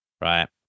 right